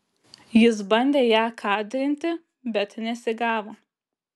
jis bandė ją kadrinti bet nesigavo